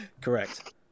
Correct